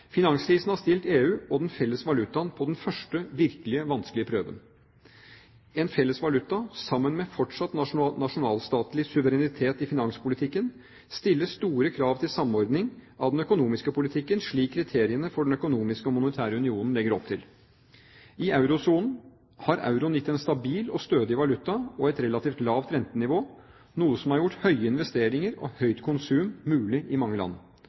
Finanskrisen har stilt EU og den felles valutaen på den første virkelig vanskelige prøven. En felles valuta, sammen med fortsatt nasjonalstatlig suverenitet i finanspolitikken, stiller store krav til samordning av den økonomiske politikken, slik kriteriene for Den økonomiske og monetære union legger opp til. I eurosonen har euroen gitt en stabil og stødig valuta og et relativt lavt rentenivå, noe som har gjort høye investeringer og høyt konsum mulig i mange land.